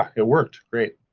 um it worked great.